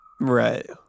right